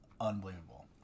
unbelievable